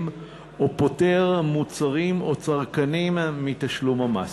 או פוטר מוצרים או צרכנים מתשלום המס.